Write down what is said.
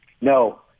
No